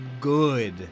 good